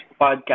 podcast